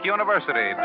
University